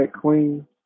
queen